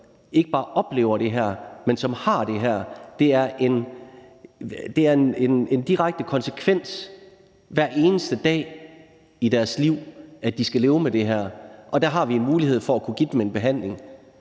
som ikke bare oplever det her, men som har det her. Det har en direkte konsekvens hver eneste dag i deres liv, at de skal leve med det her, og der har vi en mulighed for at kunne give dem en behandling.